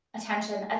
attention